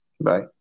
Bye